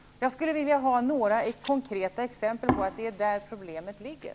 Jag skulle vilja ha några konkreta exempel på att det är där problemet ligger.